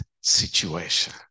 situation